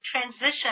transition